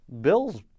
Bills